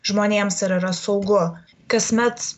žmonėms ar yra saugu kasmet